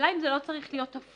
השאלה אם זה לא צריך להיות הפוך